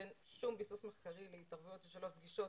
אין שום ביסוס מחקרי להתערבויות של שלוש פגישות,